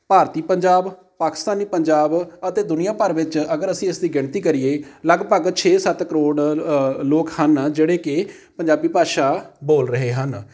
ਭਾਰਤੀ ਪੰਜਾਬ ਪਾਕਿਸਤਾਨੀ ਪੰਜਾਬ ਅਤੇ ਦੁਨੀਆ ਭਰ ਵਿੱਚ ਅਗਰ ਅਸੀਂ ਇਸ ਦੀ ਗਿਣਤੀ ਕਰੀਏ ਲਗਭਗ ਛੇ ਸੱਤ ਕਰੋੜ ਲੋਕ ਹਨ ਜਿਹੜੇ ਕਿ ਪੰਜਾਬੀ ਭਾਸ਼ਾ ਬੋਲ ਰਹੇ ਹਨ